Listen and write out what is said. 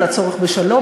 על הצורך בשלום,